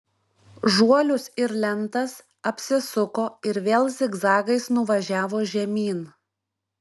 žuolius ir lentas apsisuko ir vėl zigzagais nuvažiavo žemyn